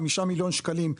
חמישה מיליון שקלים,